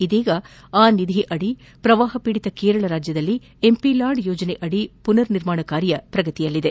ಇದೀಗ ಆ ನಿಧಿಯಡಿ ಪ್ರವಾಹ ಪೀಡಿತ ಕೇರಳದಲ್ಲಿ ಎಂಪಿಲಾಡ್ ಯೋಜನೆಯಡಿ ಪುನರ್ನಿರ್ಮಾಣ ಕಾರ್ಕ ನಡೆಯುತ್ತಿದೆ